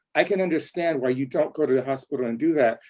i can understand why you don't go to the hospital and do that,